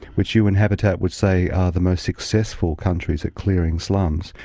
which un habitat would say are the most successful countries at clearing slums,